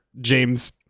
James